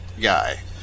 guy